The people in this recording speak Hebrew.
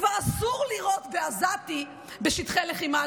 כבר אסור לירות בעזתי בשטחי לחימה.